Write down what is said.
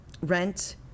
rent